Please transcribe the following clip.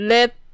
Let